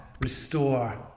restore